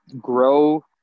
grow